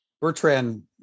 Bertrand